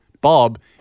Bob